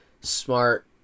smart